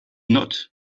not